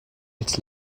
its